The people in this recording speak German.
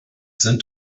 sind